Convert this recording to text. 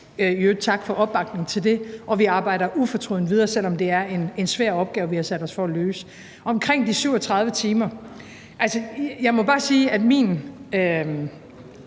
i øvrigt tak for opbakningen til det – og vi arbejder ufortrødent videre, selv om det er en svær opgave, vi har sat os for at løse. Omkring de 37 timer må jeg bare sige, at min